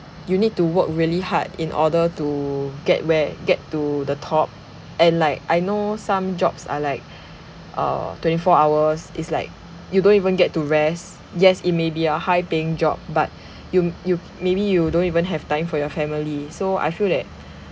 you need to work really hard in order to get where get to the top and like I know some jobs are like err twenty four hours is like you don't even get to rest yes it may be a high paying job but you you maybe you don't even have time for your family so I feel that